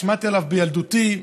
ששמעתי בילדותי,